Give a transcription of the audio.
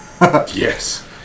Yes